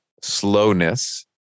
slowness